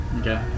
Okay